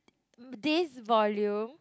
this volume